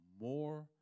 More